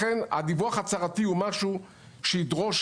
לכן הדיווח ההצהרתי הוא משהו שידרוש